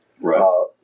Right